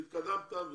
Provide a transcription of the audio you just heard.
התקדמנו.